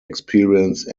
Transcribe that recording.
experience